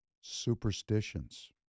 superstitions